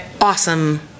awesome